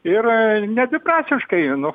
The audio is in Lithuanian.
ir nedviprasmiškai nu